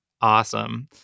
Awesome